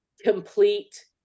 complete